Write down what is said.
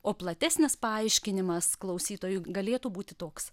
o platesnis paaiškinimas klausytojui galėtų būti toks